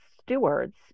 stewards